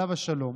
עליו השלום,